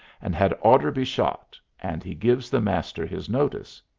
and had oughter be shot, and he gives the master his notice.